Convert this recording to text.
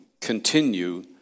continue